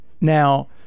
now